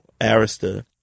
Arista